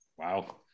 Wow